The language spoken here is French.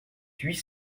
huit